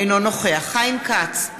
אינו נוכח חיים כץ,